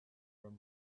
from